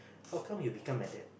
how come you become like that